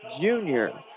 junior